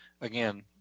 again